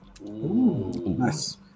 Nice